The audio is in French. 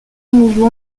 mouvement